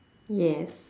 yes